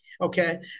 okay